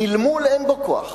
מלמול אין בו כוח.